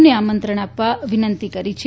ને આમંત્રણ આપવા વિનંતી કરી છે